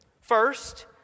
First